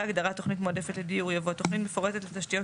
ההגדרה "תוכנית מועדפת לדיור" יבוא: ""תוכנית מפורטת לתשתיות